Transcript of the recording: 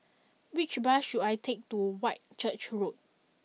which bus should I take to Whitchurch Road